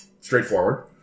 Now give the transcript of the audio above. straightforward